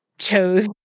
chose